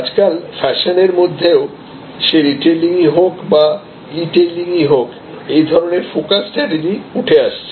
আজকাল ফ্যাশন এর মধ্যেও সে রিটেইলিং ই হোক বা ইটেইলিং হোক এই ধরনের ফোকাস স্ট্র্যাটেজি উঠে আসছে